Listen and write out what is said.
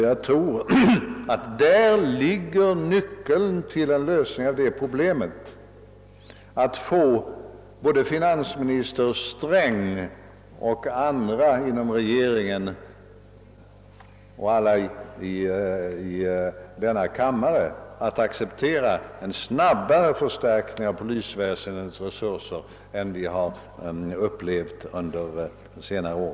Jag tror nämligen att där ligger nyckeln till en lösning av problemet att få både finansminister Sträng och andra ledamöter av regeringen liksom alla i denna kammare att acceptera en snabbare förstärkning av polisväsendets resurser än vi har upplevt under senare år.